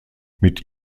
mit